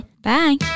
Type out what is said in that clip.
Bye